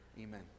Amen